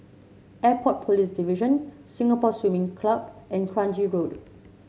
Airport Police Division Singapore Swimming Club and Kranji Road